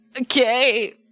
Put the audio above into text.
Okay